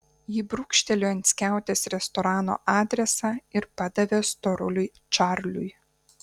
ji brūkštelėjo ant skiautės restorano adresą ir padavė storuliui čarliui